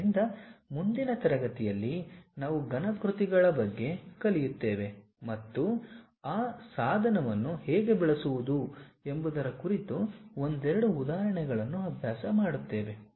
ಆದ್ದರಿಂದ ಮುಂದಿನ ತರಗತಿಯಲ್ಲಿ ನಾವು ಘನ ಕೃತಿಗಳ ಬಗ್ಗೆ ಕಲಿಯುತ್ತೇವೆ ಮತ್ತು ಆ ಸಾಧನವನ್ನು ಹೇಗೆ ಬಳಸುವುದು ಎಂಬುದರ ಕುರಿತು ಒಂದೆರಡು ಉದಾಹರಣೆಗಳನ್ನು ಅಭ್ಯಾಸ ಮಾಡುತ್ತೇವೆ